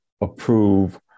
approve